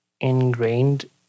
ingrained